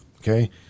Okay